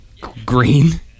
Green